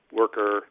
worker